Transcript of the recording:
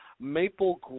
Maple